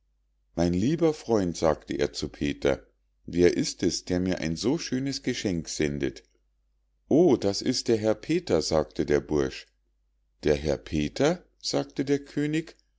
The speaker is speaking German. mein lieber freund sagte er zu halvor wer ist es der mir ein so schönes geschenk sendet o das ist der herr peter sagte der bursch der herr peter sagte der könig